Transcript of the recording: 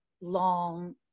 long